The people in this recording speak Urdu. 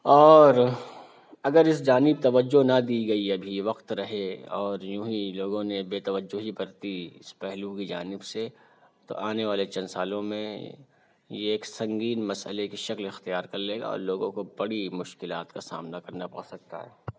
اور اگر اس جانب توجہ نہ دی گئی ابھی وقت رہے اور یوں ہی لوگوں نے بےتوجہی برتی اس پہلو کی جانب سے تو آنے والے چند سالوں میں یہ ایک سنگین مسٔلے کی شکل اختیار کر لے گا اور لوگوں کو بڑی مشکلات کا سامنا کرنا پڑ سکتا ہے